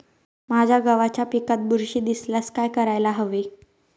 माझ्या गव्हाच्या पिकात बुरशी दिसल्यास काय करायला हवे?